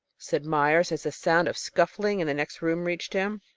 said meyers, as a sound of scuffling in the next room reached him.